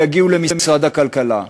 ויגיעו למשרד הכלכלה.